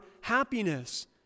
happiness